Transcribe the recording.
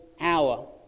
hour